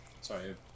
Sorry